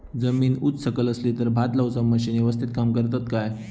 जमीन उच सकल असली तर भात लाऊची मशीना यवस्तीत काम करतत काय?